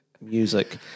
music